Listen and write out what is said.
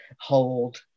hold